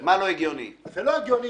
זה לא הגיוני,